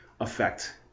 effect